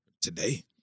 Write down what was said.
Today